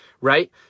right